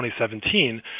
2017